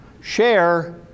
share